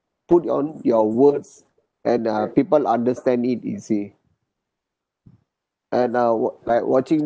put on your words and uh people understand it you see and uh wa~ like watching